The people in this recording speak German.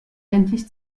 endlich